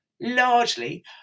largely